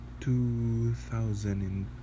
2002